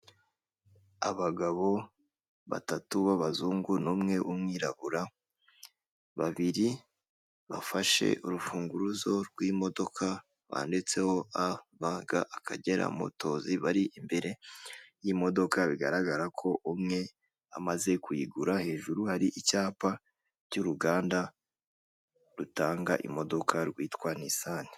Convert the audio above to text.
Abagabo batatu b'abazungu n' umwe w'uwirabura, babiri bafashe urufunguzo rw'imodoka banditseho a ba, ga Akagera motozi, bari imbere y'imodoka bigaragara ko umwe amaze kuyigura, hejuru hari icyapa cy'uruganda rutanga imodoka rwitwa nisani.